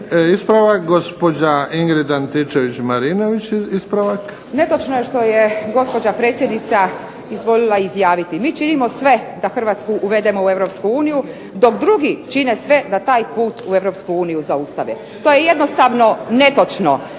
Ispravak, gospođa Ingrid Antičević-Marinović. **Antičević Marinović, Ingrid (SDP)** Netočno je što je gospođa predsjednica izvolia izjaviti. Mi činimo sve da Hrvatsku uvedemo u EU dok drugi čine sve da taj put u EU zaustave. To je jednostavno netočno!